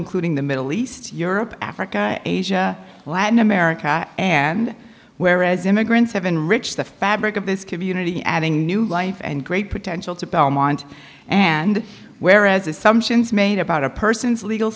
including the middle east europe africa and asia latin america and where as immigrants have enriched the fabric of this community adding new life and great potential to belmont and whereas assumptions made about a person's legal